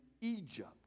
Egypt